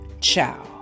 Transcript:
Ciao